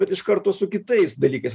vat iš karto su kitais dalykais